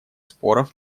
споров